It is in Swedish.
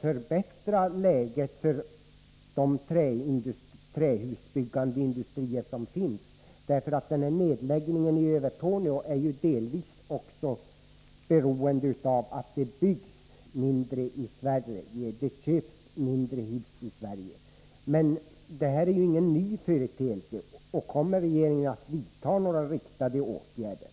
förbättra läget för de trähusbyggande industrier som finns? Denna nedläggning i Övertorneå är nämligen delvis också beroende av att det byggs och köps färre hus i Sverige. Men det här är ingen ny företeelse. Kommer regeringen att vidta några riktade åtgärder?